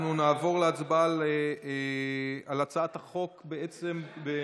אנחנו נעבור להצבעה על החוק בנוסח